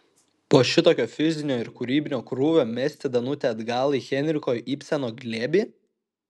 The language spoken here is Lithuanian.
po šitokio fizinio ir kūrybinio krūvio mesti danutę atgal į henriko ibseno glėbį